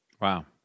Wow